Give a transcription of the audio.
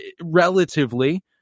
relatively